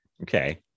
okay